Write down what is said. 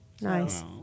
Nice